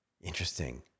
Interesting